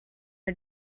our